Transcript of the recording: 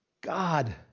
God